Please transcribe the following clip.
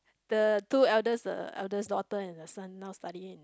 the two eldest the eldest daughter and the son now studying